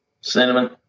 Cinnamon